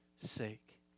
sake